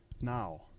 now